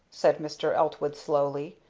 said mr. eltwood slowly,